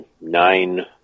nine